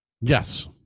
Yes